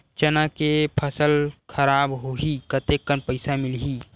चना के फसल खराब होही कतेकन पईसा मिलही?